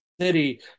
City